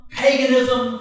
paganism